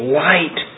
light